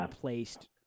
placed